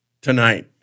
tonight